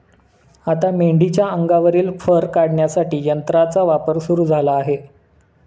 आता मेंढीच्या अंगावरील फर काढण्यासाठी यंत्राचा वापर सुरू झाला आहे